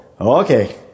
okay